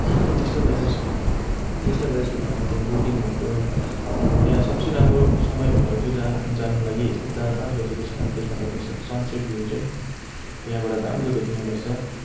टिस्टा ब्यारेजमा टिस्टा ब्यारेजको बेलामा त्यहाँ बोटिङहरूको त्यहाँ सबसे राम्रो समय भनेको त्यो जान जानु लागि यस्तो चार पाँच बजीको छ त्यसमा तपाईँको सन सेट भ्यु चाहिँ त्यहाँबाट राम्रो देखिने गर्छ